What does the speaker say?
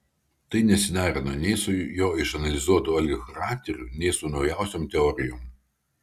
tai nesiderino nei su jo išanalizuotu algio charakteriu nei su naujausiom teorijom